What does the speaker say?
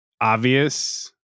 obvious